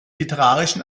literarischen